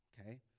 Okay